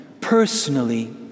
personally